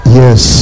yes